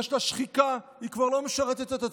יש לה שחיקה, היא כבר לא משרתת את הציבור.